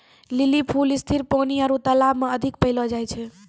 lily फूल स्थिर पानी आरु तालाब मे अधिक पैलो जाय छै